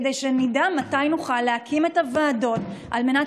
כדי שנדע מתי נוכל להקים את הוועדות על מנת